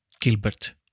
Gilbert